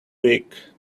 week